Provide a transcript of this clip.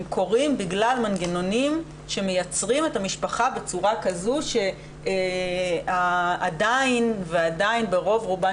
הם קורים בגלל מנגנונים שמייצרים את המשפחה בצורה כזאת שעדיין ברוב רובן